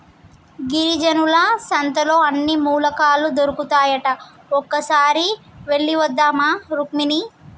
గిరిజనుల సంతలో అన్ని మూలికలు దొరుకుతాయట ఒక్కసారి వెళ్ళివద్దామా రుక్మిణి